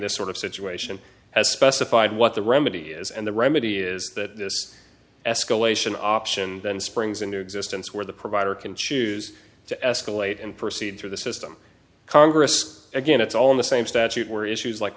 this sort of situation as specified what the remedy is and the remedy is that this escalation option then springs into existence where the provider can choose to escalate and proceed through the system congress again it's all in the same statute where issues like